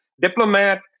diplomat